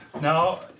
Now